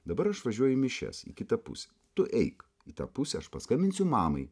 dabar aš važiuoju į mišias į kitą pusę tu eik į tą pusę aš paskambinsiu mamai